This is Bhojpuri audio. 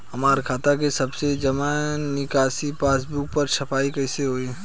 हमार खाता के सब जमा निकासी पासबुक पर छपाई कैसे होई?